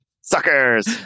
suckers